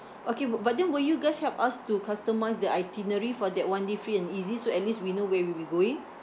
okay bu~ but then will you guys help us to customise the itinerary for that one day free and easy so at least we know where we'll be going